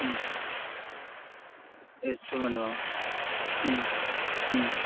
ம் yes so பண்ணியோ ம் ம்